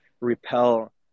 repel